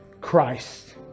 christ